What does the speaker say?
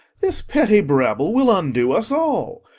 this pretty brabble will undo us all.